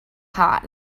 hot